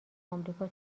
آمریکا